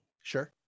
sure